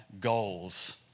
Goals